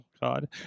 God